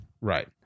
Right